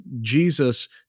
Jesus